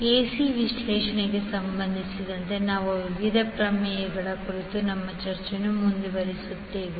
ac ವಿಶ್ಲೇಷಣೆಗೆ ಸಂಬಂಧಿಸಿದಂತೆ ನಾವು ವಿವಿಧ ಪ್ರಮೇಯಗಳ ಕುರಿತು ನಮ್ಮ ಚರ್ಚೆಯನ್ನು ಮುಂದುವರಿಸುತ್ತೇವೆ